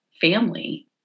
family